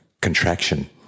contraction